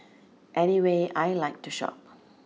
anyway I like to shop